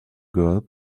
girl